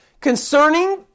concerning